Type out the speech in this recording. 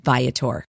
Viator